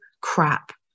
crap